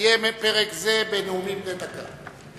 יסיים פרק זה בנאומים בני דקה.